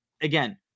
again